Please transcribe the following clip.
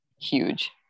huge